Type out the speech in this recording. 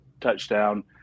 touchdown